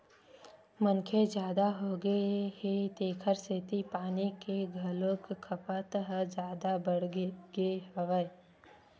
मनखे जादा होगे हे तेखर सेती पानी के घलोक खपत ह जादा बाड़गे गे हवय